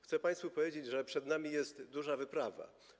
Chcę państwu powiedzieć, że przed nami jest duża wyprawa.